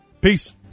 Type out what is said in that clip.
Peace